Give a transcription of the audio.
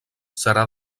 serà